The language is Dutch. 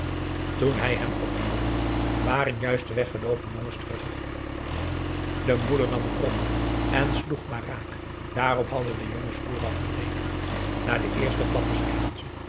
toen hij hem opzocht waren juist de weggeloopen jongens terug de moeder nam een rotan en sloeg maar raak daarop hadden de jongens vooraf gerekend na de eerste klappen zwegen ze